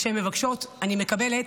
וכשהן מבקשות אני מקבלת,